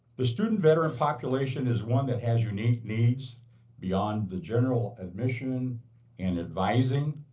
the student veteran population is one that has unique needs beyond the general admission and advising.